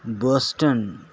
Boston